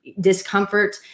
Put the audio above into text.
discomfort